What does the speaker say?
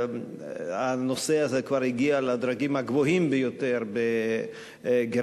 הנושא הזה כבר הגיע לדרגים הגבוהים ביותר בגרמניה,